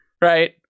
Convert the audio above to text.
Right